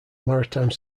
maritime